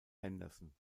henderson